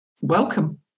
welcome